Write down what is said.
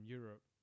Europe